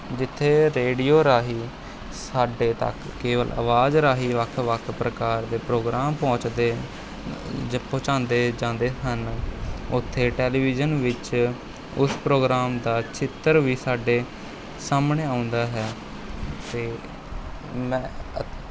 ਜਿੱਥੇ ਰੇਡੀਉ ਰਾਹੀਂ ਸਾਡੇ ਤੱਕ ਕੇਵਲ ਆਵਾਜ਼ ਰਾਹੀਂ ਵੱਖ ਵੱਖ ਪ੍ਰਕਾਰ ਦੇ ਪ੍ਰੋਗਰਾਮ ਪਹੁੰਚਦੇ ਜਾਂ ਪਹੁੰਚਾਉਂਦੇ ਜਾਂਦੇ ਹਨ ਉੱਥੇ ਟੈਲੀਵਿਜ਼ਨ ਵਿੱਚ ਉਸ ਪ੍ਰੋਗਰਾਮ ਦਾ ਚਿੱਤਰ ਵੀ ਸਾਡੇ ਸਾਹਮਣੇ ਆਉਂਦਾ ਹੈ ਅਤੇ ਮੈਂ